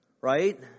Right